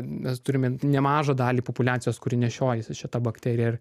nes turime nemažą dalį populiacijos kuri nešiojasi šitą bakteriją ir